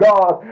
God